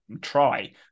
try